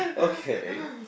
okay